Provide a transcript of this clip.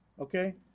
Okay